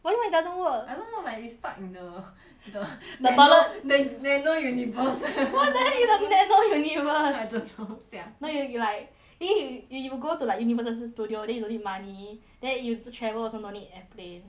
why you why doesn't work I don't know like you stuck in the the the toilet the the nano universe what the heck is a nano universe I don't know sia no no you be like eh you you go to like universal studio then you no need money then you travel also no need airplane